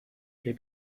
que